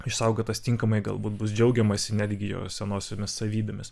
išsaugotas tinkamai galbūt bus džiaugiamasi netgi jo senosiomis savybėmis